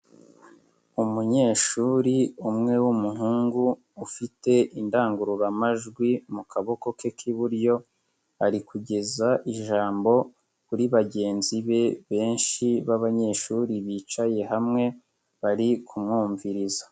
Umunyeshuri umwe w'umuhungu ufite indangururamajwi mu kaboko ke k'iburyo ari kugeza ijambo kuri bagenzi be benshi b'abanyeshuri bicaye hamwe bari kumwumviriza.